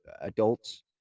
adults